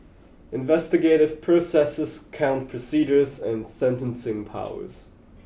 investigative processes court procedures and sentencing powers